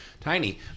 tiny